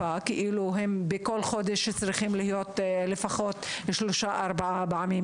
בכל חודש הם צריכים להיות לפחות שלוש-ארבע פעמים